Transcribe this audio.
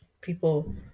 people